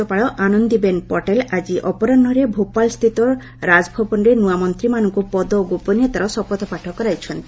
ରାଜ୍ୟପାଳ ଆନନ୍ଦିବେନ୍ ପଟେଲ ଆଜି ଅପରାହୁରେ ଭୋପାଳ ସ୍ଥିତ ରାଜଭବନରେ ନୂଆମନ୍ତ୍ରୀମାନଙ୍କୁ ପଦ ଓ ଗୋପନୀୟତାର ଶତପଥ ପାଠ କରାଇଛନ୍ତି